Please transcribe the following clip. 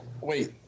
Wait